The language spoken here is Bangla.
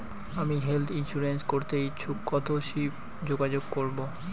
আমি হেলথ ইন্সুরেন্স করতে ইচ্ছুক কথসি যোগাযোগ করবো?